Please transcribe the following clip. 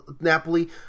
Napoli